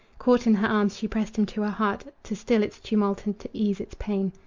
caught in her arms she pressed him to her heart to still its tumult and to ease its pain.